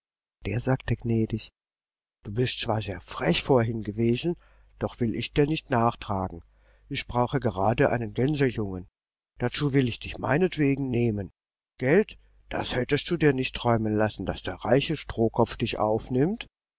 der sagte gnädig du bist zwar sehr frech vornhin gewesen doch will ich's dir nicht nachtragen ich brauche gerade einen gänsejungen dazu will ich dich meinetwegen nehmen gelt das hättest du dir nicht träumen lassen daß der reiche strohkopf dich aufnimmt